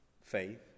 Faith